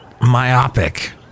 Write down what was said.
Myopic